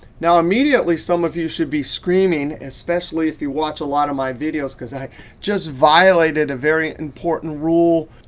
now immediately some of you should be screaming, especially if you watch a lot of my videos, because i just violated a very important rule.